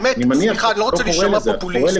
-- באמת, אני לא רוצה להישמע פופוליסט.